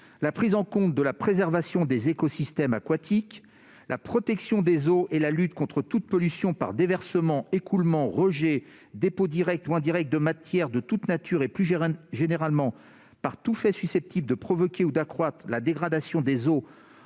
de prendre en compte « la préservation des écosystèmes aquatiques [...], la protection des eaux et la lutte contre toute pollution par déversements, écoulements, rejets, dépôts directs ou indirects de matières de toute nature et plus généralement par tout fait susceptible de provoquer ou d'accroître la dégradation des eaux